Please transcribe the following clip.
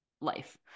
life